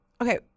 Okay